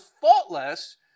faultless